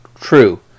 True